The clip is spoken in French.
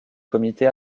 comité